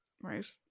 right